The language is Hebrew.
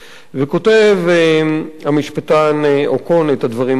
כותב המשפטן אוקון את הדברים הבאים,